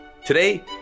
Today